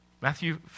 Matthew